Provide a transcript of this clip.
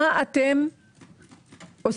מה אתם עושים,